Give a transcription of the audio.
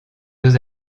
deux